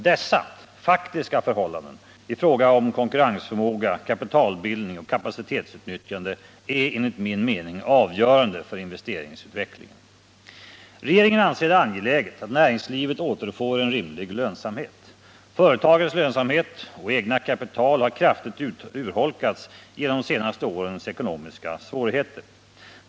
Dessa faktiska förhållanden i fråga om konkurrensförmåga, kapitalbildning och kapacitetsutnyttjande är enligt min mening avgörande för investeringsutvecklingen. Regeringen anser det angeläget att näringslivet återfår en rimlig lönsamhet. Företagens lönsamhet och egna kapital har kraftigt urholkats på grund av de senaste årens ekonomiska svårigheter.